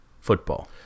football